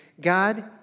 God